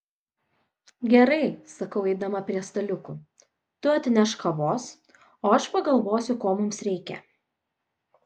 gerai sakau eidama prie staliukų tu atnešk kavos o aš pagalvosiu ko mums reikia